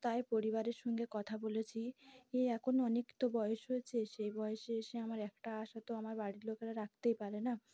তাই পরিবারের সঙ্গে কথা বলেছি এ এখন অনেক তো বয়স হয়েছে সেই বয়সে এসে আমার একটা আশা তো আমার বাড়ির লোকেরা রাখতেই পারে না